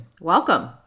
Welcome